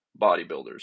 bodybuilders